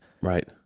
Right